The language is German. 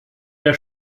der